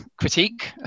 critique